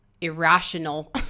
irrational